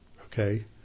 okay